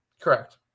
Correct